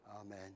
amen